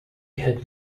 had